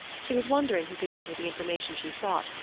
she was wondering who could give her the information she sought,